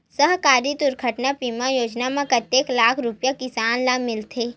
सहकारी दुर्घटना बीमा योजना म कतेक लाख रुपिया किसान ल मिलथे?